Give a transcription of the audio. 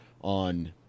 on